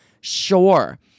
sure